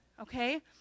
okay